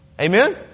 Amen